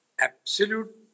absolute